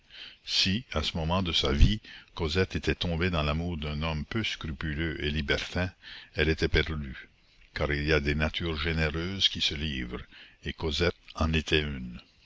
si à ce moment de sa vie cosette était tombée dans l'amour d'un homme peu scrupuleux et libertin elle était perdue car il y a des natures généreuses qui se livrent et cosette en était une